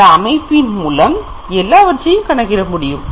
இந்த அமைப்பின் மூலம் எல்லாவற்றையும் கணக்கிட முடியும்